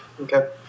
Okay